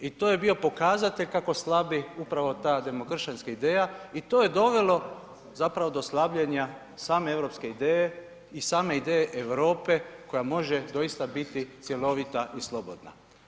I to je bio pokazatelj kako slabi upravo ta demokršćanska ideja i to je dovelo zapravo do slabljenja same europske ideje i same ideje Europe koja može doista biti cjelovita i slobodna.